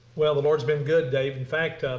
well the lord has been good, dave. in fact,